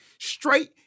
straight